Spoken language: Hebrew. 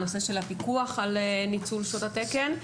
הנושא של הפיקוח על ניצול שעות התקן.